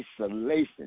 isolation